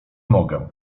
mogę